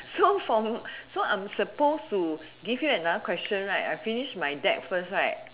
so for so I'm supposed to give you another question right I finish my deck first right